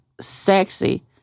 sexy